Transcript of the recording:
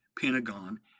Pentagon